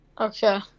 Okay